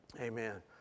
Amen